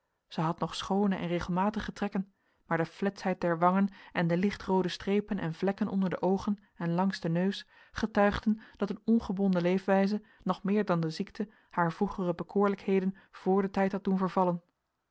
zij had nog schoone en regelmatige trekken maar de fletsheid der wangen en de lichtroode strepen en vlekken onder de oogen en langs den neus getuigden dat een ongebonden leefwijze nog meer dan de ziekte haar vroegere bekoorlijkheden vr den tijd had doen vervallen